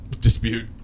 Dispute